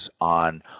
on